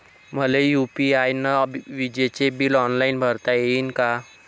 मले यू.पी.आय न विजेचे बिल ऑनलाईन भरता येईन का?